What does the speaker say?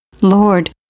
Lord